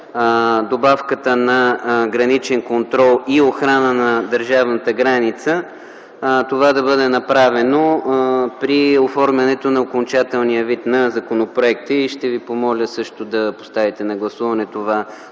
добавката на „граничен контрол” – „и охрана на държавната граница”, това да бъде направено при оформянето на окончателния вид на законопроекта. Госпожо председател, ще Ви помоля да поставите на гласуване това